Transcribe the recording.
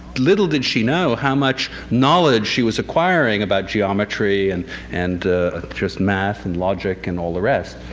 little did she know how much knowledge she was acquiring about geometry and and just math and logic and all the rest.